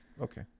Okay